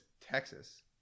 Texas